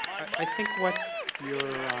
i think what you're